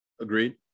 Agreed